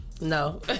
No